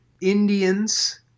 Indians